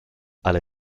alle